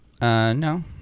No